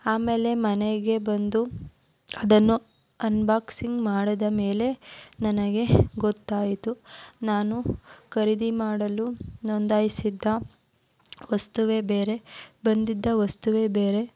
ಆಮೇಲೆ ಮನೆಗೆ ಬಂದು ಅದನ್ನು ಅನ್ಬಾಕ್ಸಿಂಗ್ ಮಾಡಿದ ಮೇಲೆ ನನಗೆ ಗೊತ್ತಾಯಿತು ನಾನು ಖರೀದಿ ಮಾಡಲು ನೋಂದಾಯಿಸಿದ್ದ ವಸ್ತುವೇ ಬೇರೆ ಬಂದಿದ್ದ ವಸ್ತುವೇ ಬೇರೆ